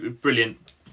brilliant